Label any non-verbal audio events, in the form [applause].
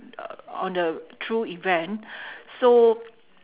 e~ on the true event [breath] so